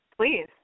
Please